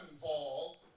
fall